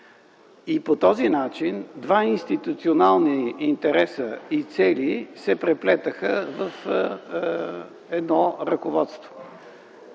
По този начин два институционални интереса и цели се преплетоха в едно ръководство.